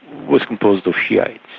was composed of shiites.